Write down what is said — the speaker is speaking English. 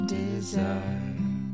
desire